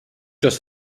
just